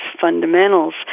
fundamentals